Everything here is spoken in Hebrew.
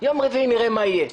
יום רביעי נראה מה יהיה.